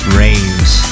raves